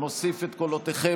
אני מוסיף את קולותיכם,